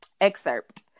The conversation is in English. excerpt